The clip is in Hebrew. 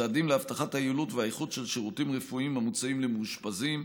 צעדים להבטחת היעילות והאיכות של השירותים הרפואיים המוצעים למאושפזים,